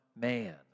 man